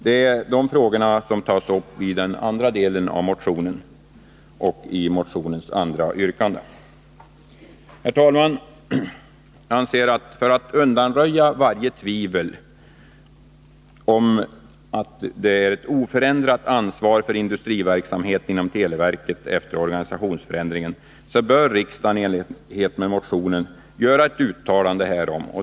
Det är de frågorna som tas upp i den andra delen av motionen och i motionsyrkande 2. Herr talman! För att undanröja varje tvivel om att televerkets ansvar för industriverksamheten kommer att vara oförändrat efter organisationsförändringen anser jag att riksdagen i enlighet med vårt motionsyrkande bör göra ett uttalande härom.